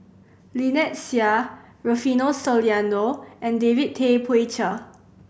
Lynnette Seah Rufino Soliano and David Tay Poey Cher